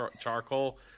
charcoal